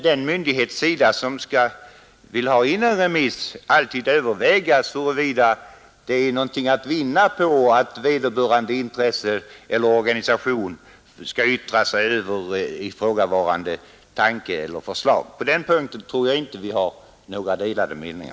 Den myndighet som vill ha in en remiss får alltid överväga huruvida det är någonting att vinna på att vederbörande skall yttra sig över ett förslag. På den punkten tror jag inte vi har några delade meningar.